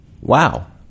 Wow